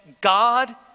God